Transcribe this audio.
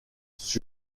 sur